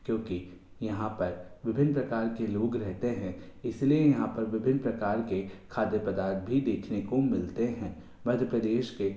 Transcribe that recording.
क्योंकि यहाँ पर विभिन्न प्रकार के लोग रहते हैं इसलिए यहाँ पर विभिन्न प्रकार के खाद्य पदार्थ भी देखने को मिलते हैं मध्य प्रदेश के